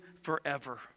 forever